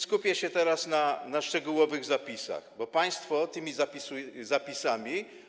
Skupię się teraz na szczegółowych zapisach, bo państwo tymi zapisami.